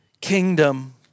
kingdom